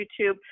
youtube